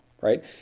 right